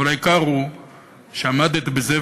אבל העיקר הוא שעמדת בזה,